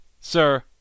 sir